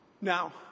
Now